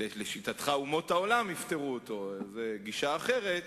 לשיטתך אומות העולם יפתרו אותו, זו גישה אחרת,